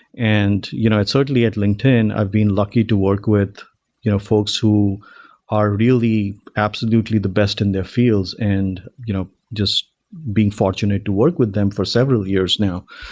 and you know certainly, at linkedin, i've been lucky to work with you know folks who are really absolutely the best in their fields and you know just being fortunate to work with them for several years now.